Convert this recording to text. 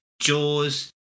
Jaws